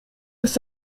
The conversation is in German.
ist